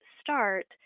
start